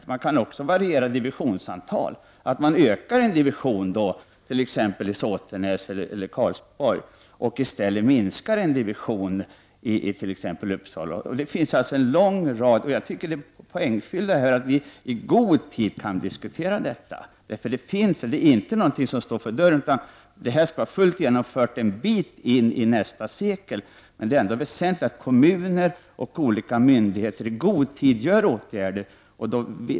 Divisionsantalet kan även varieras, så att man ökar med en division t.ex. i Såtenäs eller Karlsborg och i stället minskar med en division i t.ex. Uppsala. Jag tycker att det är poängfyllt att vi i god tid kan diskutera detta. Det är ingenting som står för dörren, utan detta skall vara fullt genomfört en bit in på nästa sekel. Men det är ändå väsentligt att kommuner och olika myndigheter i god tid vidtar åtgärder.